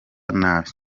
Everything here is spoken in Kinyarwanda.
nabi